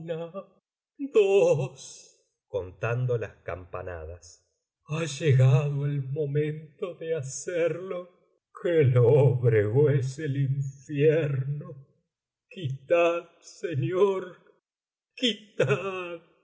contando las campanadas ha llegado el momento de hacerlo qué lóbrego es el infierno quitad señor